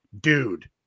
dude